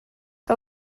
que